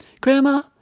Grandma